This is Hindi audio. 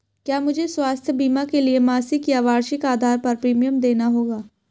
क्या मुझे स्वास्थ्य बीमा के लिए मासिक या वार्षिक आधार पर प्रीमियम देना होगा?